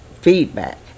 feedback